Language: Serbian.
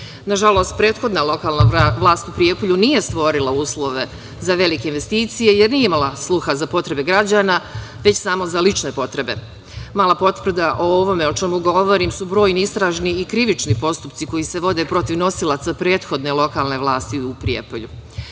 Nažalost, prethodna lokalna vlast u Prijepolju nije stvorila uslove za velike investicije jer nije imala sluha za potrebe građana, već samo za lične potrebe. Mala potvrda o ovome o čemu govorim su brojni istražni i krivični postupci koji se vode protiv nosilaca prethodne lokalne vlasti u Prijepolju.